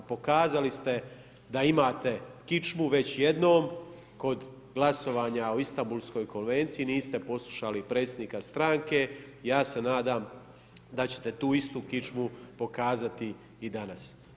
Pokazali ste da imate kičmu već jednom kod glasovanja o Istanbulskoj konvenciji, niste poslušali predsjednika stranke, ja se nadam da ćete tu istu kičmu pokazati i danas.